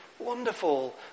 Wonderful